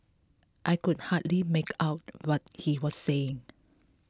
I could hardly make out what he was saying